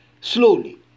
slowly